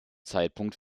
zeitpunkt